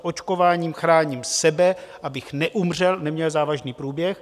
Očkováním chráním sebe, abych neumřel, neměl závažný průběh.